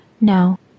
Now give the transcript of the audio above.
No